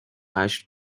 هشت